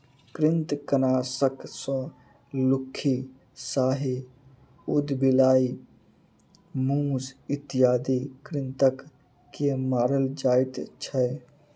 कृंतकनाशक सॅ लुक्खी, साही, उदबिलाइ, मूस इत्यादि कृंतक के मारल जाइत छै